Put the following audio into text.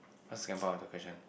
what Singapore other question